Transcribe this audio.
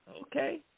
Okay